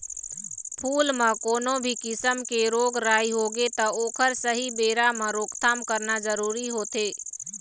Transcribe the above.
फूल म कोनो भी किसम के रोग राई होगे त ओखर सहीं बेरा म रोकथाम करना जरूरी होथे